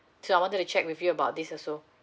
so I wanted to check with you about this also